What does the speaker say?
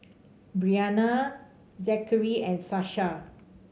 Briana Zackery and Sasha